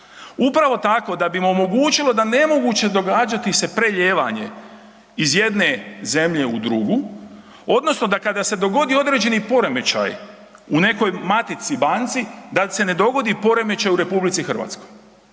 Upravo tak da bi im omogućilo da je nemoguće događati se prelijevanje iz jedne zemlje u drugu odnosno da kada se dogodi određeni poremećaj u nekoj matici banci, da se ne dogodi poremećaj u RH. To je jako